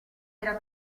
era